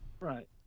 Right